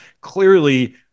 clearly